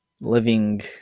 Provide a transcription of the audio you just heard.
living